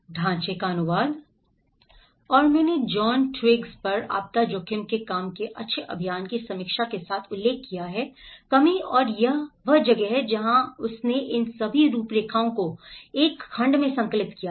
ढांचे का अनुवाद और मैंने जॉन ट्विग्स पर आपदा जोखिम के काम के अच्छे अभियान की समीक्षा के साथ उल्लेख किया है कमी और यह वह जगह है जहाँ उसने इन सभी रूपरेखाओं को एक खंड में संकलित किया है